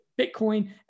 Bitcoin